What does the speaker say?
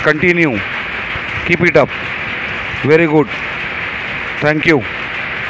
continue keep it up very good thank you